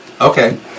Okay